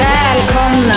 Welcome